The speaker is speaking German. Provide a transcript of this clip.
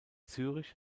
zürich